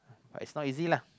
but it's not easy lah